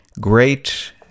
great